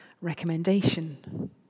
recommendation